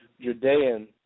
Judean